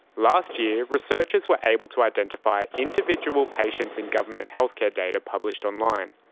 last year, researchers were able to identify individual patients in government healthcare data published online,